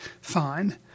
fine